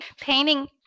painting